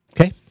Okay